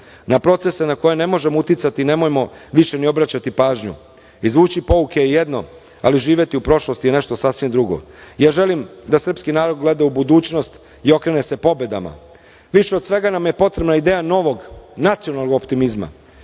Na procese na koje ne možemo uticati nemojmo više ni obraćati pažnju. Izvući pouke je jedno, ali živeti u prošlosti je nešto sasvim drugo. Želim da srpski narod gleda u budućnost i okrene se pobedama. Više od svega nam je potrebna ideja novog nacionalnog optimizma.